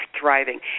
thriving